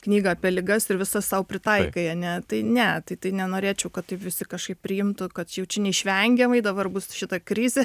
knygą apie ligas ir visas sau pritaikai ane tai ne tai tai nenorėčiau kad taip visi kažkaip priimtų kad jau čia neišvengiamai dabar bus šita krizė